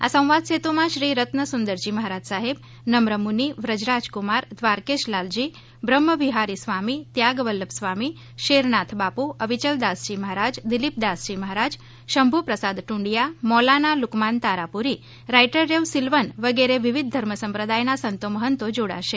આ સંવાદ સેતુમાં શ્રી રત્નસુંદરજી મહારાજ સાહેબ નમ્રમુની વ્રજરાજકુમાર દ્વારકેશલાલજી બ્રહ્મવિહારીસ્વામી ત્યાગ વલ્લભ સ્વામી શેરનાથ બાપુ અવિચલદાસજી મહારાજ દિલીપદાસજી મહારાજ શંભુપ્રસાદ ટૂંડિથા મૌલાના લુકમાન તારાપુરી રાઈટરેવ સિલ્વન વગેરે વિવિધ ધર્મ સંપ્રદાયનાં સંતો મહંતો જોડાશે